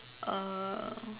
uh